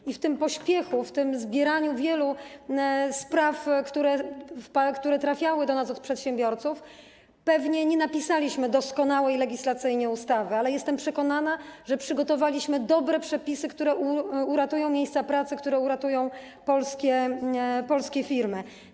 I w tym pośpiechu, w tym zbieraniu wielu spraw, które trafiały do nas od przedsiębiorców, pewnie nie napisaliśmy doskonałej legislacyjnie ustawy, ale jestem przekonana, że przygotowaliśmy dobre przepisy, które uratują miejsca pracy, które uratują polskie firmy.